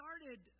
started